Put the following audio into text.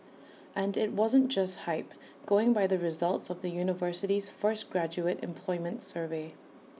and IT wasn't just hype going by the results of the university's first graduate employment survey